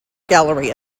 gallery